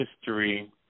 history